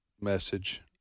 message